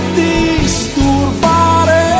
disturbare